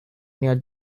near